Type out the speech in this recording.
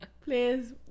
Please